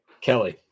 Kelly